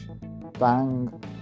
bang